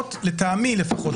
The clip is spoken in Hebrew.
מנתחות לטעמי לפחות,